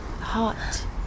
hot